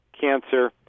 cancer